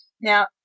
Now